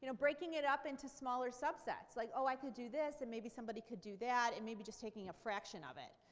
and breaking it up into smaller subsets. like, oh, i could do this and maybe somebody could do that and maybe just taking a fraction of it.